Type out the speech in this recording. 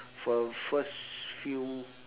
for the first few